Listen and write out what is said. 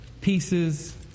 Pieces